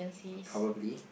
probably